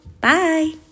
Bye